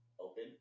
open